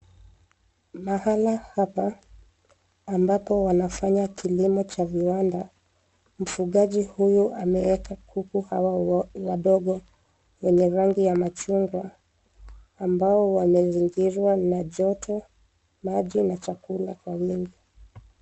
Mahala hapa ambapo wanafanya kilimo cha viwanda, mfugaji huyo ameeka kuku hawa wadogo wenye rangi ya machungwa ambao wamezingirwa na joto, maji na chakula kwa wingi.